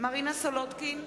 מרינה סולודקין,